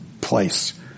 place